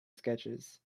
sketches